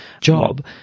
job